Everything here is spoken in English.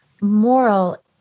Moral